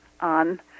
on